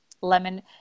lemon